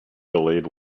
delayed